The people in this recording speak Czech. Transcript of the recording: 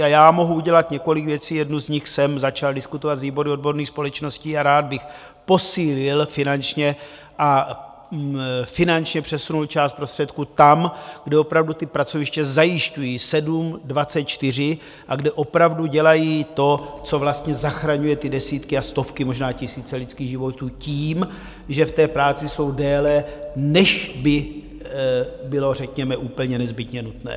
A já mohu udělat několik věcí, jednu z nich jsem začal diskutovat s výborem odborných společností, a rád bych posílil finančně a finančně přesunul část prostředků tam, kde opravdu ta pracoviště zajišťují 7/24, a kde opravdu dělají to, co vlastně zachraňuje desítky a stovky, možná i tisíce lidských životů tím, že v práci jsou déle, než by bylo řekněme úplně nezbytně nutné.